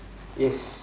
yes